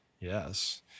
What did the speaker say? Yes